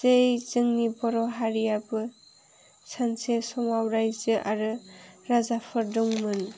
जेरै जोंनि बर' हारियाबो सानसे समाव रायजो आरो राजाफोर दंमोन